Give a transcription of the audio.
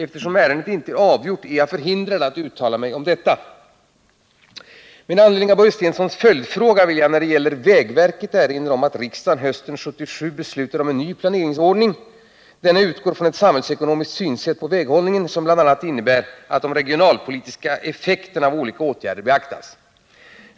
Eftersom ärendet inte är avgjort är jag förhindrad att uttala mig om detta. Med anledning av Börje Stenssons följdfråga vill jag när det gäller vägverket erinra om att riksdagen hösten 1977 beslutade om en ny planeringsordning. Denna utgår från ett samhällsekonomiskt synsätt på väghållningen som bl.a. innebär att de regionalpolitiska effekterna av olika åtgärder beaktas.